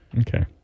Okay